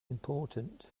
important